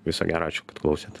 viso gero ačiū kad klausėt